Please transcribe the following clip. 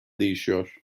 değişiyor